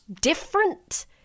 different